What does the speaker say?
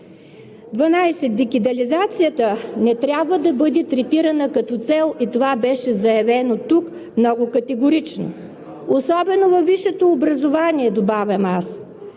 12. Дигитализацията не трябва да бъде третирана като цел и това беше заявено тук много категорично – особено във висшето образование, добавям аз.